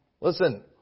Listen